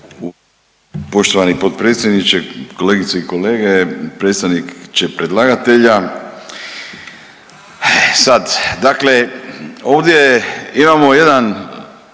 Poštovani potpredsjedniče, kolegice i kolege, predstavniče predlagatelja, sad dakle ovdje imamo jedan